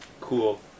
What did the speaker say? Cool